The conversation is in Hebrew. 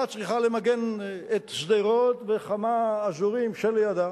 צריכה למגן את שדרות וכמה אזורים שלידה